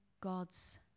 God's